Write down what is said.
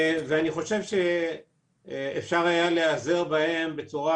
אני חושב שאפשר היה להיעזר בהם בצורה